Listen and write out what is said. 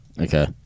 Okay